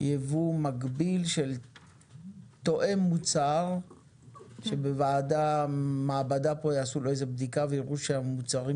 ייבוא מקביל של תואם מוצר שבמעבדה פה יעשו לו איזה בדיקה ויראו שהמוצרים